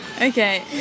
Okay